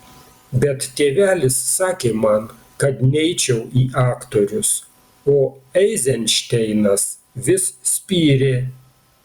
bet tėvelis sakė man kad neičiau į aktorius o eizenšteinas vis spyrė